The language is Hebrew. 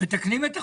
מתקנים את החוק.